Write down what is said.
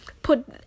put